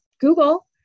Google